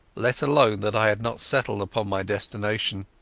let alone that i had not settled upon my destination.